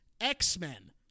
X-Men